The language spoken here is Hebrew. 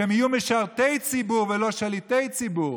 שהם יהיו משרתי ציבור ולא שליטי ציבור.